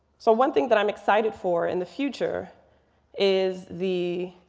so one thing that i'm excited for in the future is the